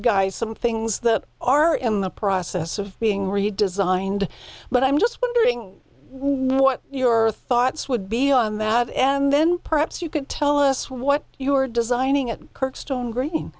guys some things that are in the process of being redesigned but i'm just wondering what your thoughts would be on that and then perhaps you could tell us what you were designing at kirkstone green